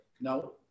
No